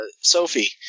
Sophie